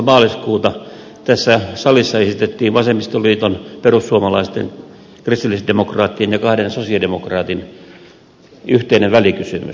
maaliskuuta tässä salissa esitettiin vasemmistoliiton perussuomalaisten kristillisdemokraattien ja kahden sosialidemokraatin yhteinen välikysymys